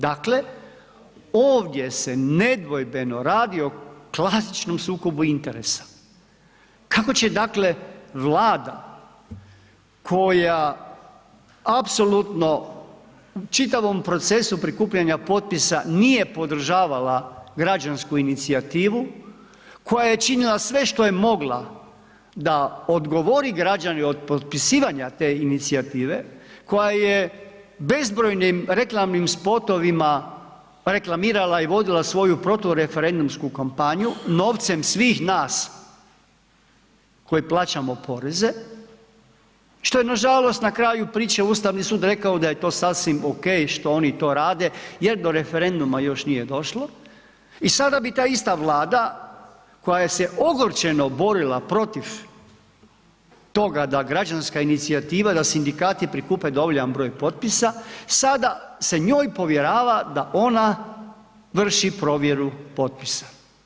Dakle, ovdje se nedvojbeno radi o klasičnom sukobu interesa, kako će dakle Vlada koja apsolutno u čitavom prikupljanja potpisa nije podržavala građansku inicijativu, koja je činila sve što je mogla da odgovori građane od potpisivanja te inicijative, koja je bezbrojnim reklamnim spotovima reklamirala i vodila svoju protureferendumsku kampanju, novcem svih nas koji plaćamo poreze, što je nažalost na kraju priče Ustavni sud rekao da je to sasvim ok što oni to rade jer do referenduma još nije došlo i sada bi ta ista Vlada koja se ogorčeno borila protiv toga da građanska inicijativa, da sindikati prikupe dovoljan broj potpisa, sada se njoj povjerava da ona vrši provjeru potpisa.